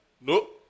No